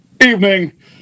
evening